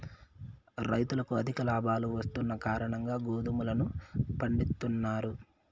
రైతులు అధిక లాభాలు వస్తున్న కారణంగా గోధుమలను పండిత్తున్నారు